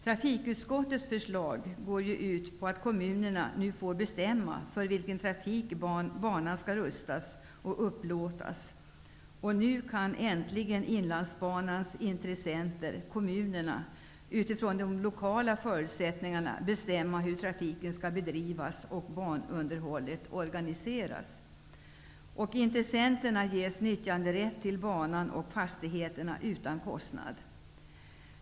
Trafikutskottets förslag går ut på att kommunerna nu får bestämma för vilken typ av trafik banan skall rustas och upplåtas. Nu kan äntligen Inlandsbanans intressenter, kommunerna, bestämma utifrån de lokala förutsättningarna hur trafiken skall bedrivas och banunderhållet organiseras. Intressenterna ges nyttjanderätt till banan och fastigheterna utan kostnad.